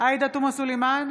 עאידה תומא סלימאן,